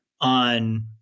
on